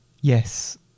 Yes